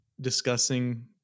discussing